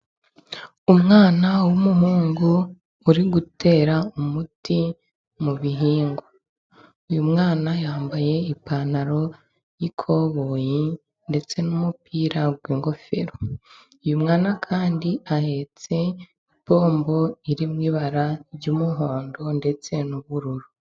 Umwana w'umuhungu, uri gutera umuti mu bihingwa. Uyu mwana yambaye ipantaro y'ikoboyi, ndetse n'umupira, ingofero y'umweru, kandi ahetse ipombo iri mu ibara ry'umuhondo, ndetse n'ubururu.